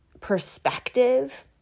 perspective